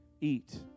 eat